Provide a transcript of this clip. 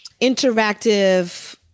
interactive